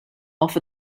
off